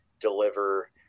deliver